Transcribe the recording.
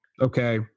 okay